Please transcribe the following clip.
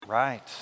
right